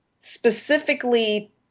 Specifically